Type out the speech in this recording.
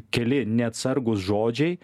keli neatsargūs žodžiai